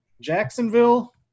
Jacksonville